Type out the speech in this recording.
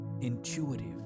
intuitive